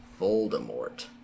Voldemort